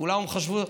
כולם חשבו,